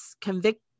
convict